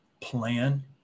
plan